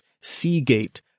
Seagate